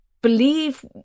believe